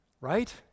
right